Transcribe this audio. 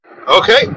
Okay